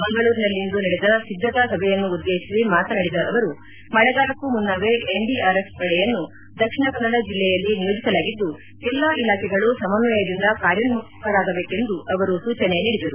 ಮಂಗಳೂರಿನಲ್ಲಿಂದು ನಡೆದ ಸಿದ್ದತಾ ಸಭೆಯನ್ನುದ್ದೇತಿಸಿ ಮಾತನಾಡಿದ ಅವರು ಮಳೆಗಾಲಕ್ಕೂ ಮುನ್ನವೇ ಎನ್ಡಿಆರ್ಎಫ್ ಪಡೆಯನ್ನು ದಕ್ಷಿಣ ಕನ್ನಡ ಜಿಲ್ಲೆಯಲ್ಲಿ ನಿಯೋಜಿಸಲಾಗಿದ್ದು ಎಲ್ಲ ಇಲಾಖೆಗಳು ಸಮನ್ವಯದಿಂದ ಕಾರ್ಯೋನ್ನುಖರಾಗಬೇಕೆಂದು ಸೂಚನೆ ನೀಡಿದರು